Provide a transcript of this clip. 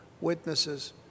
witnesses